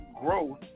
growth